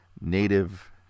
native